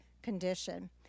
condition